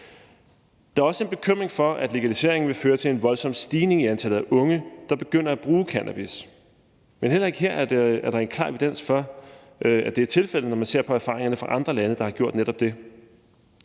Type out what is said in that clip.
Der er også en bekymring for, at legalisering vil føre til en voldsom stigning i antallet af unge, der begynder at bruge cannabis, men heller ikke her er der klar evidens for, at det er tilfældet, når man ser på erfaringerne fra andre lande, der har gjort netop det.